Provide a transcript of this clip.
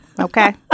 Okay